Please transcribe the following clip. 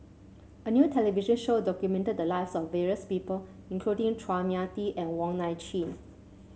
a new television show documented the lives of various people including Chua Mia Tee and Wong Nai Chin